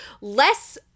less